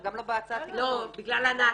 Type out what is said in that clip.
גם לא בהצעת תיקון --- בגלל ענת,